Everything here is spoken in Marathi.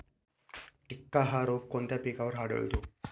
टिक्का हा रोग कोणत्या पिकावर आढळतो?